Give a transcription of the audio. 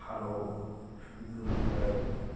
ভালো সুবিধাজনক জায়গা